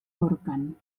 corquen